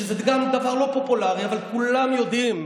שגם זה דבר לא פופולרי, אבל כולם יודעים,